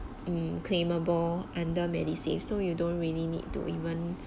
um claimable under MediSave so you don't really need to even